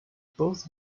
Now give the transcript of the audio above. both